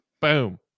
Boom